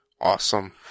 Awesome